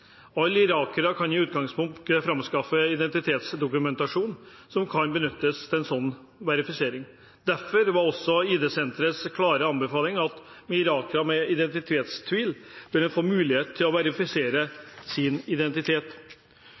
Alle irakere kan i utgangspunktet framskaffe identitetsdokumentasjon som kan benyttes til en slik verifisering. Derfor var også ID-senterets klare anbefaling at irakere med identitetstvil bør få mulighet til å verifisere sin identitet.